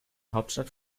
hauptstadt